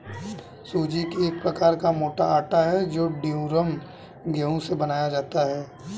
सूजी एक प्रकार का मोटा आटा है जो ड्यूरम गेहूं से बनाया जाता है